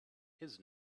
his